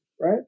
right